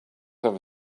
ever